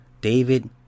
David